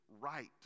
right